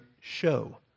show